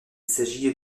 s’agit